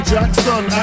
Jackson